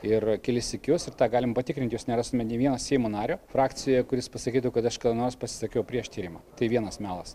ir kelis sykius ir tą galim patikrinti jūs nerastumėt nei vieno seimo nario frakcijoje kuris pasakytų kad aš kada nors pasisakiau prieš tyrimą tai vienas melas